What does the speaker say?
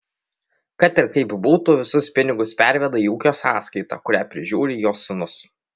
kad ir kaip būtų visus pinigus perveda į ūkio sąskaitą kurią prižiūri jo sūnus